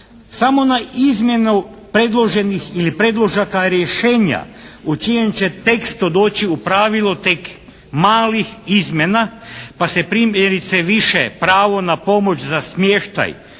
samo na izmjenu predloženih ili predložaka rješenja u čijem će tekstu doći u pravilu tek malih izmjena. Pa se primjerice više pravo na pomoć za smještaj